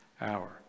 hour